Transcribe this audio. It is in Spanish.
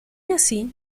así